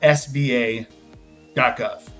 sba.gov